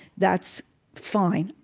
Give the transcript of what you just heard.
that's fine.